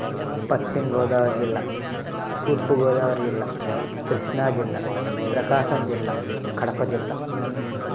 పశ్చిమగోదావరి జిల్లా తూర్పుగోదావరి జిల్లా కృష్ణాజిల్లా ప్రకాశం జిల్లా కడప జిల్లా